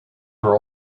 were